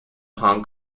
hong